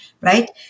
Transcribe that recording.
right